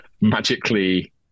magically